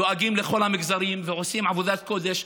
דואגים לכל המגזרים ועושים עבודת קודש.